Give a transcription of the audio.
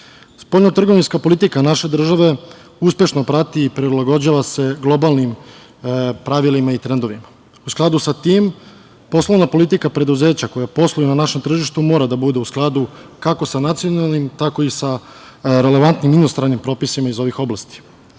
trgovinska politika naše države uspešno prati i prilagođava se globalnim pravilima i trendovima. U skladu sa tim, poslovna politika preduzeća koja posluju na našem tržištu mora da bude u skladu kako sa nacionalnim, tako i sa relevantnim inostranim propisima iz ovih oblasti. Svaka